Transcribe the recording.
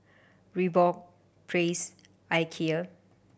Reebok Praise Ikea